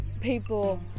people